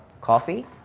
coffee